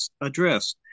address